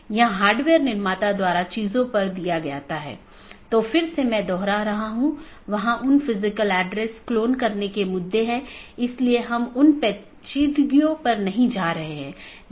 बाहरी gateway protocol जो एक पाथ वेक्टर प्रोटोकॉल का पालन करते हैं और ऑटॉनमस सिस्टमों के बीच में सूचनाओं के आदान प्रदान की अनुमति देता है